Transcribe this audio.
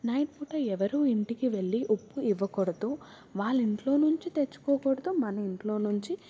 night పూట ఎవరు ఇంటికి వెళ్ళి ఉప్పు ఇవ్వకూడదు వాళ్ళ ఇంట్లో నుంచి తెచ్చుకోకూడదు మన ఇంట్లో నుంచి